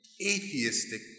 atheistic